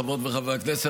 חברות וחברי הכנסת,